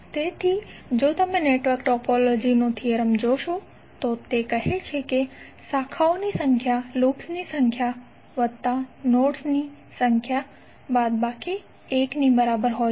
તેથી જો તમે નેટવર્ક ટોપોલોજીનુ થિયરમ જોશો તો તે કહે છે કે શાખાઓની સંખ્યા લૂપ્સની સંખ્યા વત્તા નોડની સંખ્યા ઓછા 1 ની બરાબર હોય છે